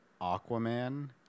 Aquaman